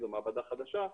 זו מעבדה חדשה,